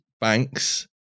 Banks